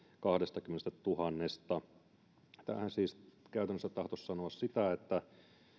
kahdestakymmenestätuhannesta tämähän siis käytännössä tahtoisi sanoa sitä että